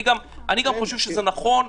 אני אומר שזה מה שאמר נשיא המכון הביולוגי.